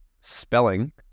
spelling